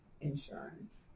insurance